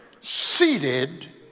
seated